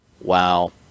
wow